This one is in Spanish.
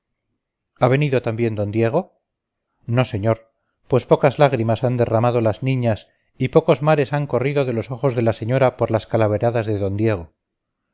venido también d diego no señor pues pocas lágrimas han derramado las niñas y pocos mares han corrido de los ojos de la señora por las calaveradas de don diego